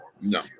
No